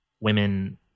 women